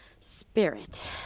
Spirit